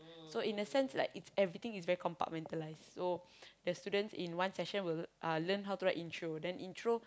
so in a sense like its everything is very compartmentalized so the students in one session will uh learn how to write intro then intro